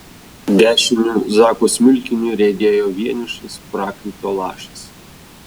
dešiniu zako smilkiniu riedėjo vienišas prakaito lašas